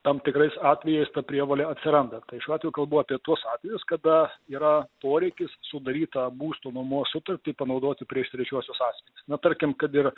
tam tikrais atvejais ta prievolė atsiranda tai šiuo atveju kalbu apie tuos atvejus kada yra poreikis sudarytą būsto nuomos sutartį panaudoti prieš trečiuosius asmenis na tarkim kad ir